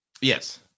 Yes